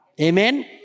Amen